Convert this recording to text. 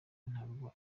ntabwo